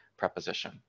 preposition